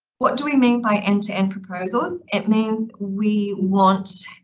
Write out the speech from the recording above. what do we mean by end to end proposals? it means we want,